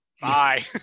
Bye